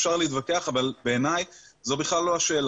אפשר להתווכח אבל בעיניי זאת לא השאלה.